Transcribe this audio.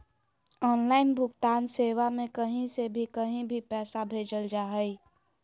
online भुगतान सेवा में कही से भी कही भी पैसा भेजल जा हइ